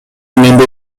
менде